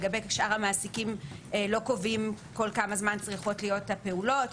לגבי שאר המעסיקים לא קובעים כל כמה זמן צריכות להיות הפעולות,